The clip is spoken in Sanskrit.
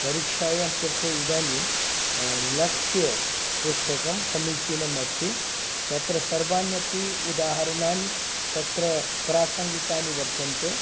परीक्षायाः कृते इदानीं लक्ष्यपुस्तकं समीचीनम् अस्ति तत्र सर्वान्यपि उदाहरणानि तत्र प्रासङ्गिकानि वर्तन्ते